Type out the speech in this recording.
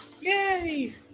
Yay